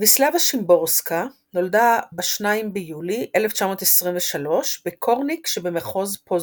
ויסלבה שימבורסקה נולדה ב-2 ביולי 1923 בקורניק שבמחוז פוזנן.